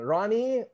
Ronnie